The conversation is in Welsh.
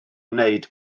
wneud